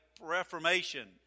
Reformation